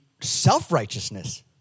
self-righteousness